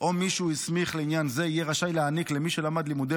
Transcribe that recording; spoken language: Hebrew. או מי שהוא הסמיך לעניין זה יהיה רשאי להעניק למי שלמד לימודי